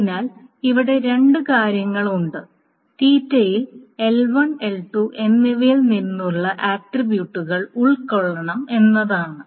അതിനാൽ ഇവിടെ രണ്ട് കാര്യങ്ങളുണ്ട് യിൽ L1 L2 എന്നിവയിൽ നിന്നുള്ള ആട്രിബ്യൂട്ടുകൾ ഉൾക്കൊള്ളണം എന്നതാണ്